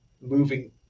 moving